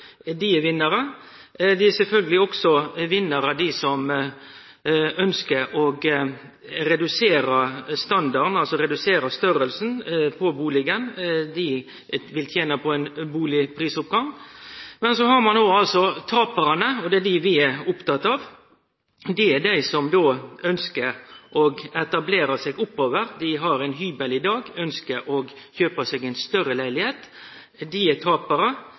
bustader enn dei bur i sjølve, som er vinnarar. Sjølvsagt er dei òg vinnarar dei som ønskjer å redusere storleiken på bustaden. Dei vil tene på prisoppgang på bustader. Så har ein taparane, og det er dei vi er opptekne av. Det er dei som ønskjer å etablere seg oppover – dei har hybel i dag og ønskjer å kjøpe større leilegheit. Dei er taparar